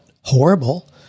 horrible